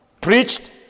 preached